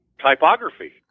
typography